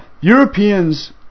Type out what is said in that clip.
Europeans